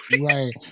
Right